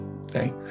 Okay